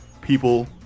people